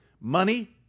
money